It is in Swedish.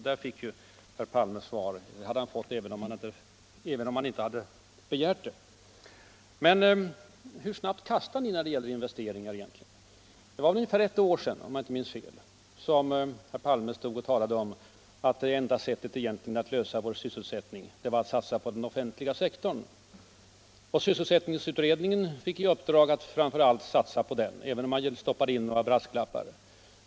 Där fick herr Palme ett svar, och det hade han fått även om han inte hade begärt det. Men hur snabbt kastar ni egentligen om när det gäller investeringar? Det var för ungefär ett år sedan, om jag inte minns fel, som herr Palme stod och talade om att det enda sättet att lösa problemet med vår sysselsättning var att satsa på den offentliga sektorn. Sysselsättningsutredningen fick i uppdrag att framför allt satsa på den, även om man stoppade in några brasklappar.